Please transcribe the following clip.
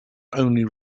only